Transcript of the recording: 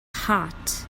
hot